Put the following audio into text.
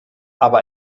aber